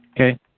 Okay